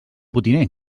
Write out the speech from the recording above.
potiner